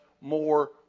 more